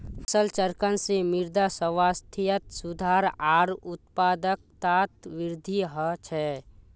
फसल चक्रण से मृदा स्वास्थ्यत सुधार आर उत्पादकतात वृद्धि ह छे